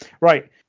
right